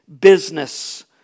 business